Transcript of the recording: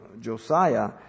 Josiah